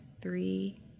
three